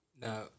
Now